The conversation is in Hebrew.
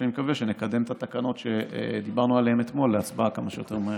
ואני מקווה שנקדם את התקנות שדיברנו עליהן אתמול להצבעה כמה שיותר מהר.